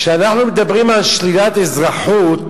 כשאנחנו מדברים על שלילת אזרחות,